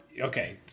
Okay